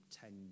ten